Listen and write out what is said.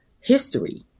history